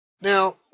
Now